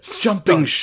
Jumping